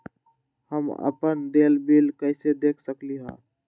हम अपन देल बिल कैसे देख सकली ह?